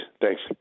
Thanks